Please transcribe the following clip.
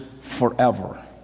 forever